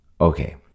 Okay